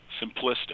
simplistic